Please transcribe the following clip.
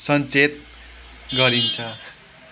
सन्चेत गरिन्छ